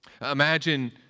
Imagine